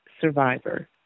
survivor